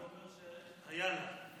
זה אומר שהיה לה.